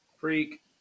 Freak